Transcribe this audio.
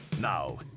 Now